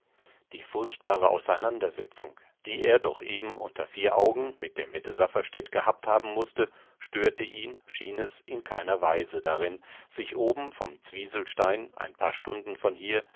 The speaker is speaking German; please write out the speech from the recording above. die furchtbare auseinandersetzung die er doch eben unter vier augen mit der mette safferstätt gehabt haben mußte störte ihn schien es in keiner weise darin sich oben vom zwieselstein ein paar stunden von hier